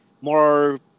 more